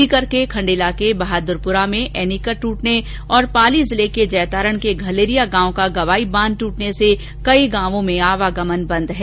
सीकर के खंडेला के बहादुरपुरा में एनीकट टूटने पाली के जैतारण के घलेरिया गांव का गवाई तालाब टूटने से कई गांवों का आवागमन बेद हो गया है